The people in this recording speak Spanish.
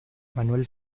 manuel